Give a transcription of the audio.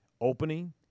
opening